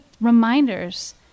reminders